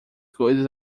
coisas